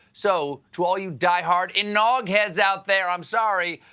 so to all you die-hard inaug-heads out there, i'm sorry.